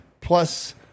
plus